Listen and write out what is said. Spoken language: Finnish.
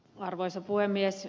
arvoisa puhemies